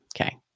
Okay